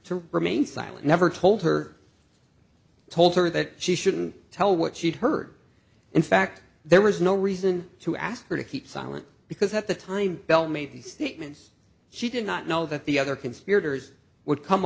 to remain silent never told her told her that she shouldn't tell what she'd heard in fact there was no reason to ask her to keep silent because at the time belle made the statements she did not know that the other